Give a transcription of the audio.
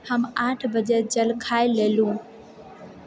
हम आठ बजे जलखइ कए लेलहुँ